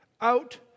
out